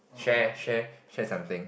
share share share something